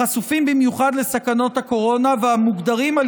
החשופים במיוחד לסכנות הקורונה והמוגדרים על